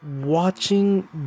watching